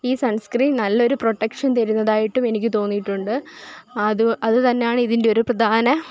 ഈ sunscreen നല്ലൊരു protection തരുന്നതായിട്ടും എനിക്ക് തോന്നിയിട്ടുണ്ട് അതു അതു തന്നാണ് ഇതിന്റെ ഒരു പ്രധാന